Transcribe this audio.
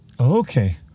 Okay